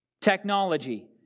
technology